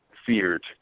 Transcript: Feared